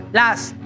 last